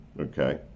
okay